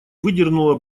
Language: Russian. выдернула